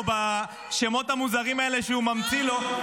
או בשמות המוזרים האלה שהוא ממציא לו,